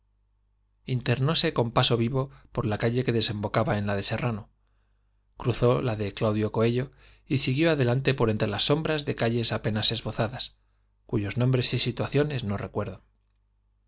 internóse con paso vivo por la calle que caba en la de serrano cruzó la de claudio coello y siguió adelante por entre las sombras de calles apenas esbozadas cuyos nombres y situaciones no recuerdo